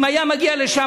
אם היה מגיע לשם,